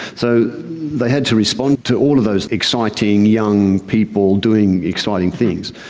so they had to respond to all of those exciting young people doing exciting things.